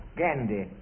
gandhi